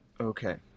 Okay